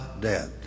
dead